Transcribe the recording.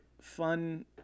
fun